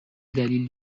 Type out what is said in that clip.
دلیل